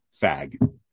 fag